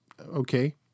okay